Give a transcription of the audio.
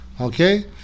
Okay